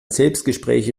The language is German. selbstgespräche